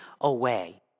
away